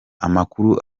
amakuru